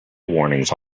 warnings